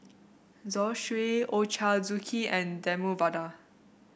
Zosui Ochazuke and Demu Vada